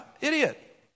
idiot